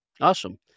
Awesome